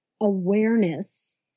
awareness